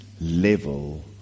Level